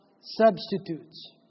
substitutes